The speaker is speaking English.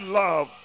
love